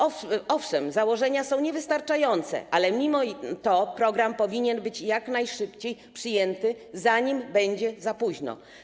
Owszem, założenia są niewystarczające, ale mimo to program powinien być jak najszybciej przyjęty, zanim będzie za późno.